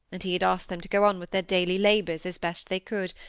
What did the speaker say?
and he had asked them to go on with their daily labours as best they could,